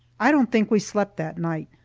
i don't think we slept that night.